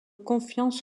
confiance